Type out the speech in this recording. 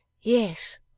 Yes